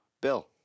Bill